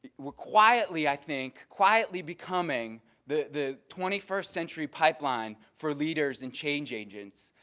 we're quietly, i think, quietly becoming the the twenty first century pipeline for leaders and change agents.